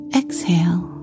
exhale